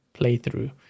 playthrough